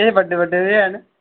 एह् बड्डे बड्डे ते हैन